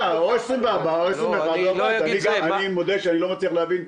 אני מודה שאני לא מצליח להבין.